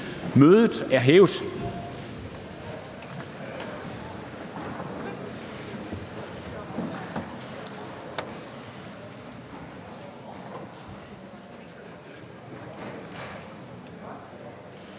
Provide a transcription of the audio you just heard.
Mødet er hævet.